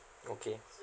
okay